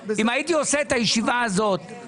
אם הייתי עושה את הישיבה הזאת